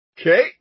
Okay